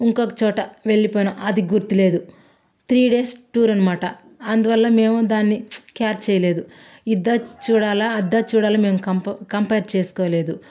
ఇంకొక చోట వెళ్ళిపోయినాము అది గుర్తు లేదు త్రీ డేస్ టూర్ అన్నమాట అందువల్ల మేము దాన్ని క్యాచ్ చేయలేదు ఇది చూడాలా అది చూడాలా అని మేము కంప్ కంపేర్ చేసుకోలేదు